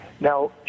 Now